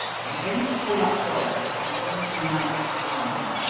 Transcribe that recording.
i'm going to call up dollops and do a little night prowling.